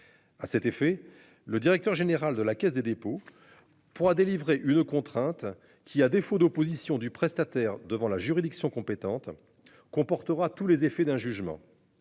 À cet effet. Le directeur général de la Caisse des dépôts pourra délivrer une contrainte qui à défaut d'opposition du prestataire devant la juridiction compétente. Comportera tous les effets d'un jugement.